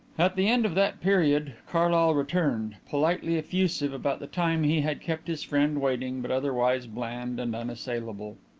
at the end of that period carlyle returned, politely effusive about the time he had kept his friend waiting but otherwise bland and unassailable.